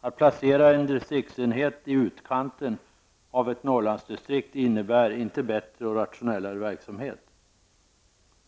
Att placera en distriktsenhet i utkanten av ett Norrlandsdistrikt medför inte bättre och rationellare verksamhet.